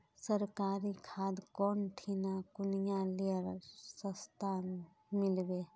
सरकारी खाद कौन ठिना कुनियाँ ले सस्ता मीलवे?